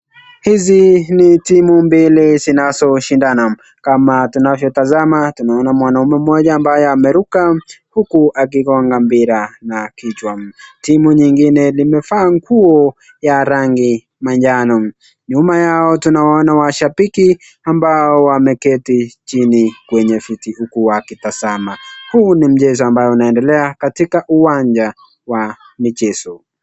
Hizi ni timu mbili zinazoshindana, kama tunavyotazama tunaona mwanaume Moja ambaye Ameruka akigonga mpira na kichwa, timu linguine limevaa nguo ya rangi majano ,nyuma yao tunaona mashabiki ambao wameketi chini kwenye kiti huku wakitazama huu ni mchezo unaoendelea katika uwanja wa mchezo